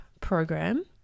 program